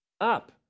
up